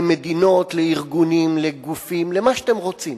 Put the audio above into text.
למדינות, לארגונים, לגופים, למה שאתם רוצים.